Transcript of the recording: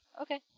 Okay